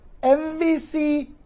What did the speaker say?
MVC